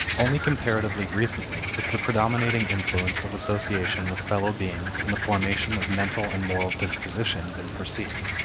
only comparatively recently has the predominating influence of association with fellow beings in the formation of mental and moral disposition been perceived.